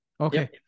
Okay